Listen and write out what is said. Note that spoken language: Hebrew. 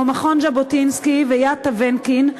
כמו מכון ז'בוטינסקי ויד טבנקין,